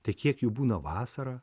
tai kiek jų būna vasarą